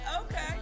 okay